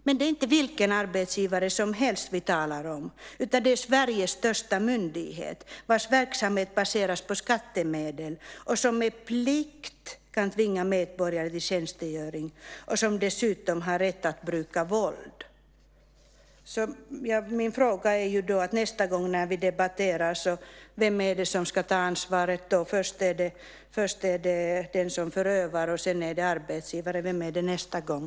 Men det är inte vilken arbetsgivare som helst vi talar om utan det är Sveriges största myndighet, vars verksamhet baseras på skattemedel, som med plikt kan tvinga medborgare till tjänstgöring och som dessutom har rätt att bruka våld. Min fråga är: Vem ska ta ansvaret nästa gång vi debatterar? Först var det förövaren sedan var det arbetsgivaren. Vem är det nästa gång?